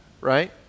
right